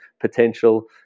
potential